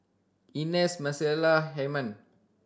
Ines Micaela Hyman